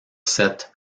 cette